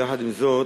יחד עם זאת,